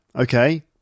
okay